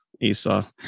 Esau